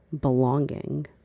belonging